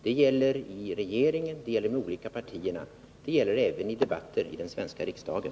Det gäller i regeringen, det gäller i de olika partierna och det gäller även i debatter i den svenska riksdagen.